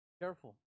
careful